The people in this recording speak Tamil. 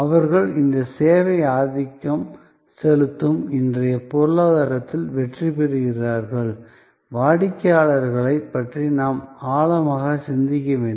அவர்கள் இந்த சேவை ஆதிக்கம் செலுத்தும் இன்றைய பொருளாதாரத்தில் வெற்றி பெறுகிறார்கள் வாடிக்கையாளர்களைப் பற்றி நாம் ஆழமாக சிந்திக்க வேண்டும்